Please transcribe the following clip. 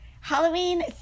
Halloween